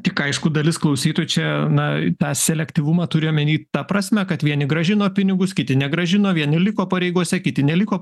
tik aišku dalis klausytojų čia na tą selektyvumą turiu omeny ta prasme kad vieni grąžino pinigus kiti negrąžino vieni liko pareigose kiti neliko